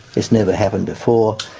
it's never happened before,